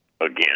again